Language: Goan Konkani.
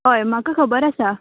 हय म्हाका खबर आसा